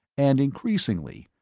and increasingly,